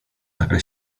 taka